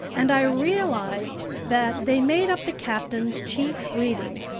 and i realized that they made up the captain's chief reading.